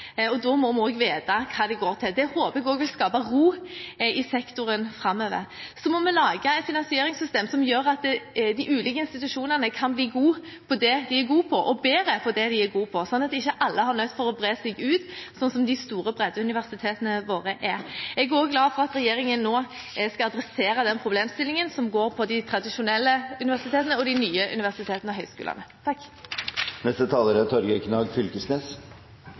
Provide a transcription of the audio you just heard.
gitt. Da må vi også vite hva de går til. Det håper jeg vil skape ro i sektoren framover. Vi må lage et finansieringssystem som gjør at de ulike institusjonene kan bli bedre i det de er gode i, og slik at ikke alle er nødt til å ha bredde, som de store breddeuniversitetene våre har. Jeg er glad for at regjeringen nå skal adressere den problemstillingen som går på de tradisjonelle universitetene og de nye universitetene og høyskolene. Komiteen er